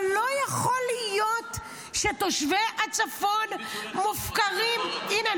אבל לא יכול להיות שתושבי הצפון מופקרים ------ הינה,